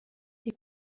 die